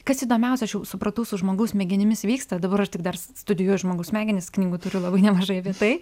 kas įdomiausia aš jau supratau su žmogaus smegenimis vyksta dabar aš tik dar studijuoju žmogaus smegenis knygų turiu labai nemažai apie tai